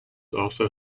also